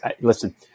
listen